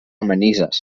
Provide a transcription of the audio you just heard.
manises